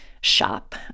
shop